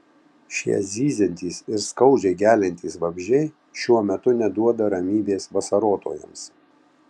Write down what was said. šie zyziantys ir skaudžiai geliantys vabzdžiai šiuo metu neduoda ramybės vasarotojams